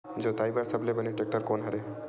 जोताई बर सबले बने टेक्टर कोन हरे?